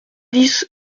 dix